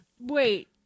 Wait